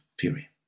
theory